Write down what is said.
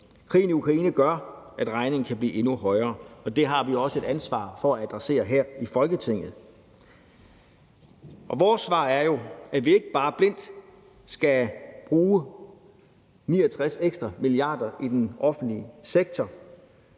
Krigen i Ukraine gør, at regningen kan blive endnu højere, og det har vi også et ansvar for at adressere her i Folketinget. Vores svar er jo, at vi ikke bare blindt skal bruge ekstra 69 mia. kr. i den offentlige sektor.